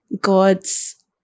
God's